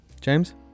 James